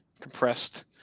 compressed